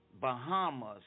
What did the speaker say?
Bahamas